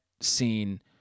scene